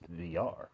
VR